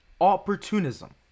opportunism